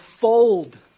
fold